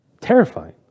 Terrifying